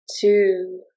two